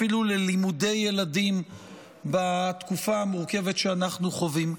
אפילו ללימודי ילדים בתקופה המורכבת שאנחנו חווים.